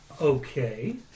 Okay